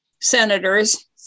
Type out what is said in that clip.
senators